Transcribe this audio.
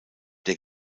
der